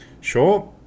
Sure